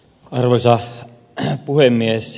arvoisa puhemies